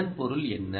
இதன் பொருள் என்ன